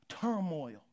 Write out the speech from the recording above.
turmoil